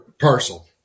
parcel